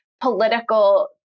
political